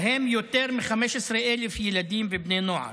ובהם יותר מ-15,000 ילדים ובני נוער.